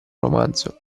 romanzo